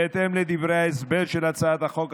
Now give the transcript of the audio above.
בהתאם לדברי ההסבר של הצעת החוק,